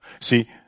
See